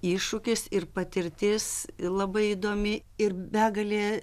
iššūkis ir patirtis labai įdomi ir begalė